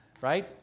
Right